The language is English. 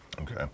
okay